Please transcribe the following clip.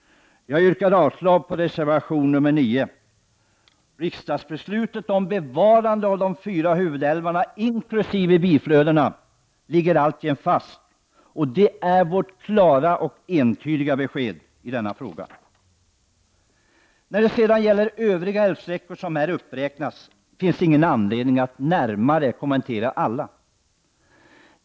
Jag yrkar avslag på reservation nr 9. Riksdagsbeslutet om bevarande av de fyra huvudälvarna inkl. biflödena ligger alltjämt fast. Det är vårt klara och entydiga besked i denna fråga. När det sedan gäller de övriga älvsträckor som här uppräknats finns det ingen anledning att närmare kommentera alla dessa.